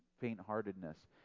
faint-heartedness